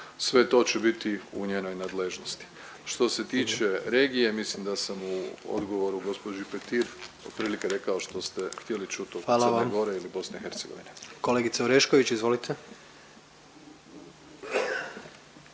Sve to će biti u njenoj nadležnosti. Što se tiče regije, mislim da sam u odgovoru gđi Petir otprilike rekao što ste htjeli čuti od …